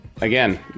again